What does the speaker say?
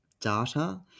data